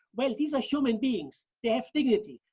well, these are human beings, they have dignity,